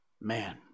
Man